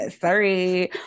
sorry